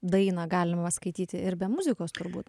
dainą galima skaityti ir be muzikos turbūt